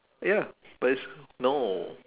ya but it's no